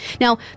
Now